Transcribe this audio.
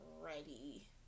ready